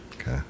Okay